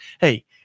hey